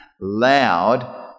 loud